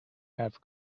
have